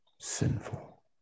sinful